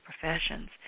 professions